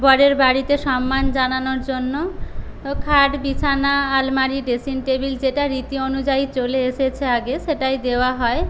বরের বাড়িতে সম্মান জানানোর জন্য খাট বিছানা আলমারি ড্রেসিং টেবিল যেটা রীতি অনুযায়ী চলে এসেছে আগে সেটাই দেওয়া হয়